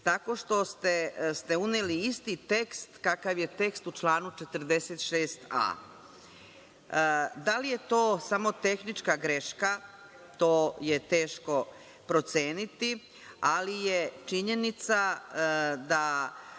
tako što ste uneli isti tekst kakav je tekst u članu 46a. Da li je to samo tehnička greška? To je teško proceniti, ali je činjenica da